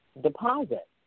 deposit